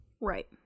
right